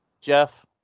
Jeff